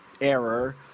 error